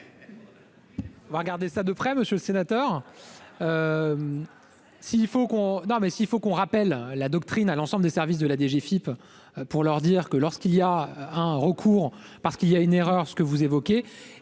On va regarder cela de près, monsieur le sénateur ! S'il faut rappeler la doctrine à l'ensemble des services de la DGFiP pour leur dire que, lorsqu'il y a un recours parce qu'il y a une erreur, il faut revoir